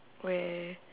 where